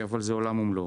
זה עולם ומלואו.